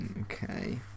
Okay